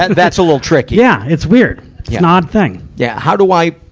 that's a little tricky. yeah. it's weird. it's an odd thing. yeah. how do i,